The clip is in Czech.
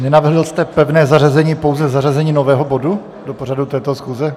Nenavrhl jste pevné zařazení, pouze zařazení nového bodu do pořadu této schůze?